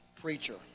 preacher